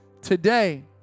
Today